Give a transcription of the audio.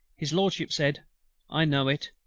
his lordship said i know it.